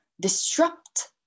disrupt